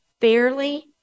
fairly